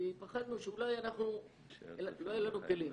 כי פחדנו שאולי לא יהיו לנו כלים,